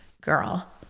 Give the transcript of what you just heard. girl